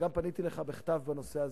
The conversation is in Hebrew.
וגם פניתי אליך בכתב בנושא הזה,